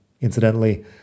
incidentally